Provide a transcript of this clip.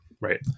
right